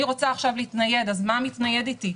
אני רוצה עכשיו להתנייד, אז מה מתנייד איתי?